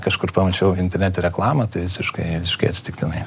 kažkur pamačiau internete reklamą tai visiškai visiškai atsitiktinai